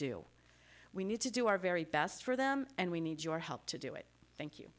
do we need to do our very best for them and we need your help to do it thank you